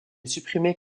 supprimée